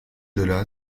delà